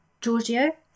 giorgio